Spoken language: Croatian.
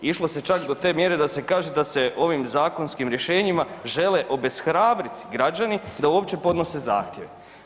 Išlo se čak do te mjere da se kaže da se ovim zakonskim rješenjima žele obeshrabriti građani da uopće podnose zahtjeve.